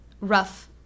rough